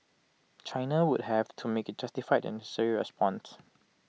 China would have to make A justified and necessary response